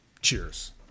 Cheers